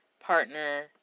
partner